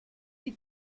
die